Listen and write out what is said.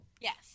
Yes